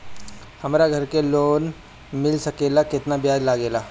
हमरा घर के लोन मिल सकेला केतना ब्याज लागेला?